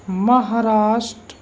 Maharashtra